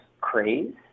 craze